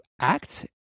act